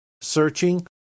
searching